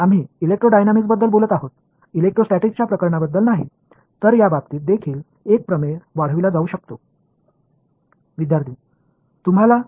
எனவே எலக்ட்ரோடைனமிக்ஸ் பற்றி பேசுகிறோம் எலக்ட்ரோஸ்டேடிக்ஸ் பற்றி அல்ல ஆனால் ஒரு தேற்றம் அந்த விஷயத்திலும் நீட்டிக்கப்படலாம்